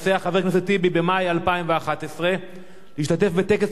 נוסע חבר כנסת טיבי במאי 2011 להשתתף בטקס